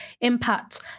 impact